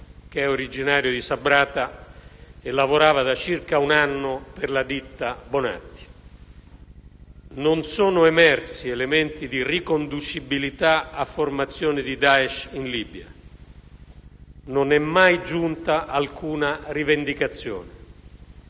che era originario di Sabrata e lavorava da circa un anno per la ditta Bonatti. Non sono emersi elementi di riconducibilità a formazioni di Daesh in Libia. Non è mai giunta alcuna rivendicazione.